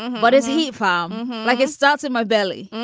what does he feel um like? it starts in my belly.